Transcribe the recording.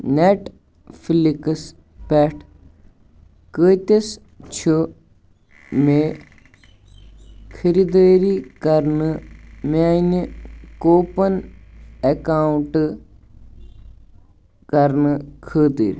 net فٕلِکس پٮ۪ٹھ کۭتِس چھُ مےٚ خٕریدٲری کرٕنہِ میٲنہِ کوپن اکاونٹہٕ کرنہٕ خٲطرٕ